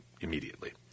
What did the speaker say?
immediately